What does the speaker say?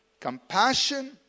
compassion